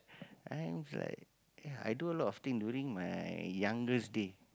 I'm like ya i do a lot of thing during my younger days